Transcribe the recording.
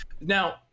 Now